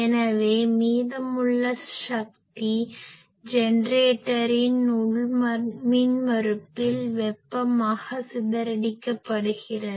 எனவே மீதமுள்ள சக்தி ஜெனரேட்டரின் உள் மின்மறுப்பில் வெப்பமாக சிதறடிக்கப்படுகிறது